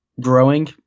growing